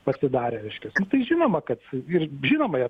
pasidarė reiškias nu tai žinoma kad ir žinoma